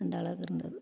அந்தளவுக்கு இருந்தது